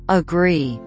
agree